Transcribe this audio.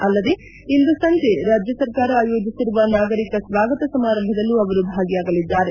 ಅಲ್ಲದೆ ಇಂದು ಸಂಜೆ ರಾಜ್ಯ ಸರ್ಕಾರ ಆಯೋಜಿಸಿರುವ ನಾಗರಿಕ ಸ್ವಾಗತ ಸಮಾರಂಭದಲ್ಲೂ ಅವರು ಭಾಗಿಯಾಗಲಿದ್ದಾರೆ